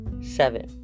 seven